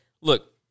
Look